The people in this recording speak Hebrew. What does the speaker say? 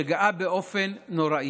שגאה באופן נורא,